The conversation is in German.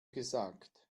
gesagt